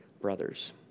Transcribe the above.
brothers